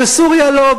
וסוריה לא,